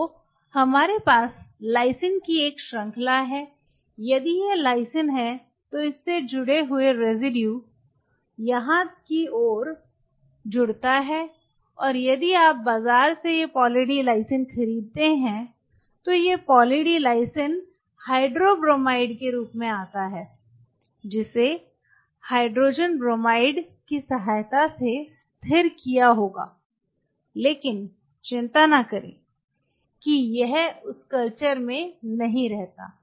तो हमारे पास लाइसिन की एक श्रृंखला है यदि यह लाइसिन है तो इससे जुड़े हुए रेसिड्यू संदर्भ समय 0608 यहां की और जुड़ता है और यदि आप बाजार से यह पॉली डी लाइसिन खरीदते हैं तो यह पॉली डी लाइसिन हाइड्रोब्रोमाइड के रूप में आता है जिसे हाइड्रोजन ब्रोमाइड की सहायता से स्थिर किया होगा लेकिन चिंता न करें कि यह उस कल्चर में नहीं रहता है